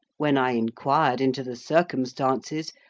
when i inquired into the circumstances,